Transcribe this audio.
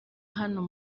hano